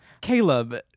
Caleb